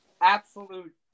absolute